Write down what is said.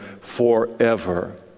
forever